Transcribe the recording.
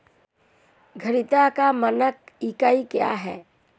धारिता का मानक इकाई क्या है?